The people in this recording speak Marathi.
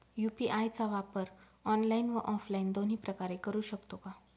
यू.पी.आय चा वापर ऑनलाईन व ऑफलाईन दोन्ही प्रकारे करु शकतो का?